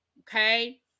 Okay